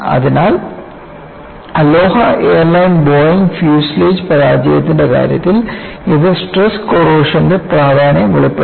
അതിനാൽ Aloha airline Boeing fuselage പരാജയത്തിന്റെ കാര്യത്തിൽ ഇത് സ്ട്രെസ് കോറോസന്റെ പ്രാധാന്യം വെളിപ്പെടുത്തി